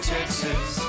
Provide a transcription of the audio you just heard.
Texas